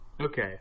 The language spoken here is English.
Okay